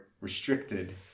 restricted